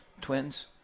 Twins